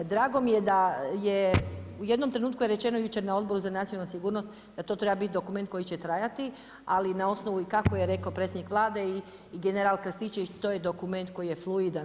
Drago mi je da je u jednom trenutku rečeno jučer na Odboru za nacionalnu sigurnost da to treba biti dokument koji će trajati, ali na osnovu kako je rekao i predsjednik Vlade i general Krstičević, to je dokument koji je fluidan.